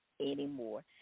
anymore